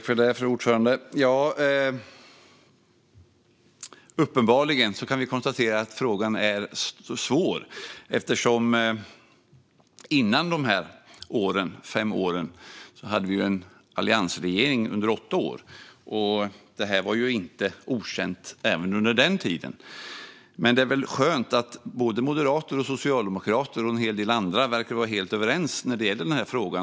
Fru talman! Uppenbarligen kan vi konstatera att frågan är svår. Innan dessa fem år hade vi en alliansregering under åtta år. Och detta var inte okänt under den tiden. Men det är väl skönt att både moderater och socialdemokrater och en hel del andra verkar vara helt överens när det gäller denna fråga.